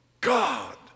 God